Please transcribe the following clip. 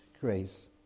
grace